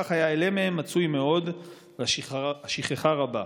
כך ההעלם מהם מצוי מאוד והשכחה רבה".